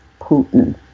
Putin